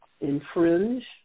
infringe